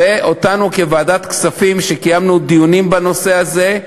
ואותנו, כוועדת הכספים, שקיימנו דיונים בנושא הזה.